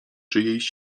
czyjejś